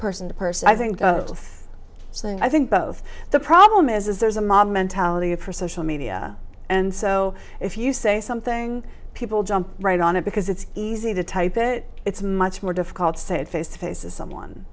person to person i think both so i think both the problem is there's a mob mentality of her social media and so if you say something people jump right on it because it's easy to type it it's much more difficult to say it face to face as someone